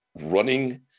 running